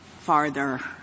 farther